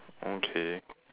okay